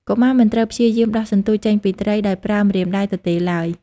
កុមារមិនត្រូវព្យាយាម ដោះសន្ទូច ចេញពីត្រីដោយប្រើម្រាមដៃទទេឡើយ។